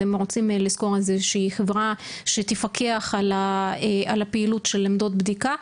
אתם רוצים לשכור איזושהי חברה שתפקח על הפעילות של עמדות בדיקה.